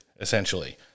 essentially